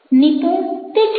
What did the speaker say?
નિપુણ તે ઠીક છે